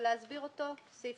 סעיף